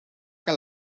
que